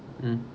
mm